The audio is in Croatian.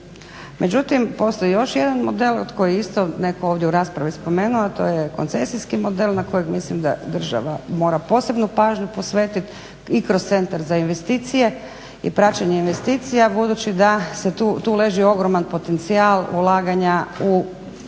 Međutim, postoji još jedan model, od koje isto netko ovdje u raspravi spomenuo, a to je koncesijski model, na kojem mislim da država mora posebnu pažnju posvetit, i kroz centar za investicije i praćenje investicija. Budući da se tu, tu leži ogroman potencijal ulaganja u naše